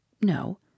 No